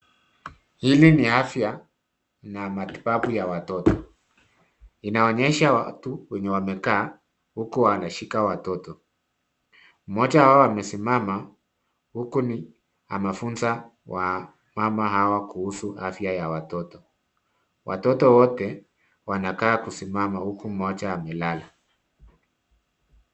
Hili ni afya na matibabu ya watoto. Inaonyesha watu wenye wamekaa huku wanashika watoto. Mmoja wao amesimama huku ni anafunza wamama hawa kuhusu afya ya watoto. Watoto wote wanakaa kusimama huku mmoja amelala.